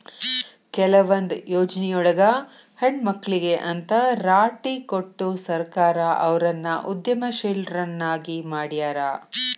ಕೆಲವೊಂದ್ ಯೊಜ್ನಿಯೊಳಗ ಹೆಣ್ಮಕ್ಳಿಗೆ ಅಂತ್ ರಾಟಿ ಕೊಟ್ಟು ಸರ್ಕಾರ ಅವ್ರನ್ನ ಉದ್ಯಮಶೇಲ್ರನ್ನಾಗಿ ಮಾಡ್ಯಾರ